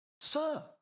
Sir